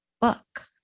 book